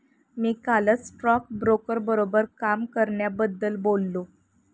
मी कालच स्टॉकब्रोकर बरोबर काम करण्याबद्दल बोललो